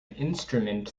instrument